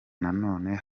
nanone